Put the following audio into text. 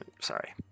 Sorry